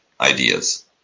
ideas